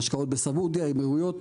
ההשקעות בסעודיה, עם אמירויות.